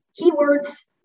keywords